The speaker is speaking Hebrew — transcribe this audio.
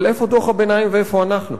אבל איפה דוח הביניים ואיפה אנחנו?